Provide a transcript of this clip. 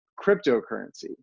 cryptocurrency